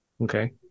Okay